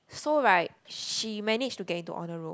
so right she manage to get into honour roll